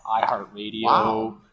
iHeartRadio